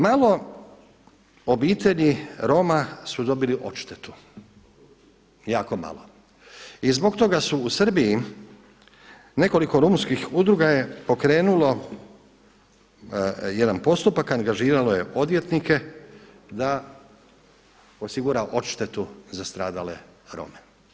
Malo obitelji Roma su dobili odštetu, jako malo i zbog toga su u Srbiji nekoliko romskih udruga je pokrenulo jedan postupak, angažiralo je odvjetnike da osigura odštetu za stradale Rome.